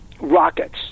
rockets